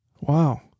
Wow